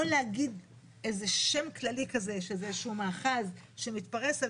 לא להגיד שם כללי כזה של מאחז שמתפרס על